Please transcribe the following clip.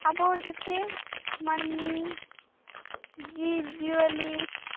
ᱟᱵᱚ ᱡᱮᱛᱮ ᱢᱟ ᱱᱢᱤ ᱡᱤᱵᱽᱼᱡᱤᱭᱟᱹᱞᱤ